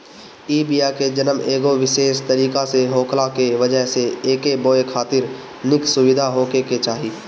इ बिया के जनम एगो विशेष तरीका से होखला के वजह से एके बोए खातिर निक सुविधा होखे के चाही